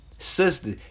Sister